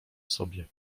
sobie